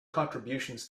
contributions